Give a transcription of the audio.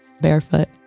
barefoot